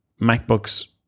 MacBooks